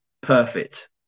perfect